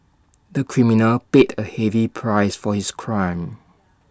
the criminal paid A heavy price for his crime